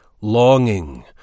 Longing